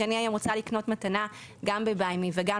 כשאני רוצה לקנות מתנה גם ב-Buy Me וגם,